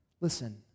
Listen